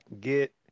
get